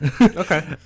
Okay